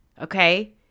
Okay